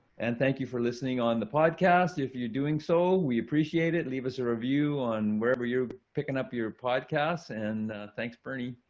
and thank you for listening on the podcast if you're doing so we appreciate it. leave us a review on wherever you're picking up your podcasts. and, thanks bernie.